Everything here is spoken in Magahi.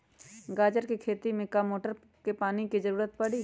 गाजर के खेती में का मोटर के पानी के ज़रूरत परी?